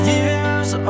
years